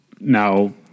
now